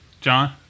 John